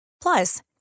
Plus